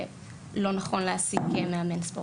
לא נכון להעסיק מאמן ספורט.